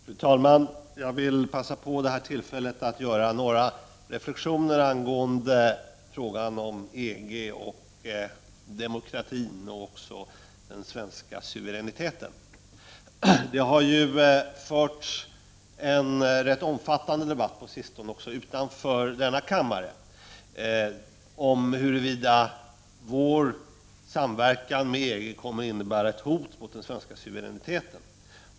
Fru talman! Jag vill passa på tillfället att göra några reflexioner angående frågan om EG och demokratin och också den svenska suveräniteten. Det har ju på sistone förts en ganska omfattande debatt, även utanför denna kammare, om huruvida Sveriges samverkan med EG kommer att innebära ett hot mot den svenska suveräniteten.